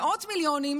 מאות מיליונים,